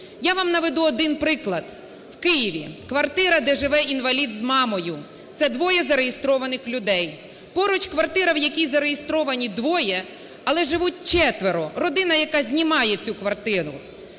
Я вам наведу один приклад, в Києві квартира, де живе інвалід з мамою, це двоє зареєстрованих людей. Поруч квартира, в якій зареєстровані двоє, але живуть четверо – родина, яка знімає цю квартиру.